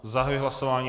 Zahajuji hlasování.